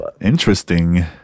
Interesting